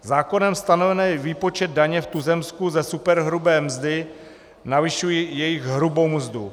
Zákonem stanovený výpočet daně v tuzemsku ze superhrubé mzdy navyšuje jejich hrubou mzdu.